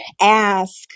ask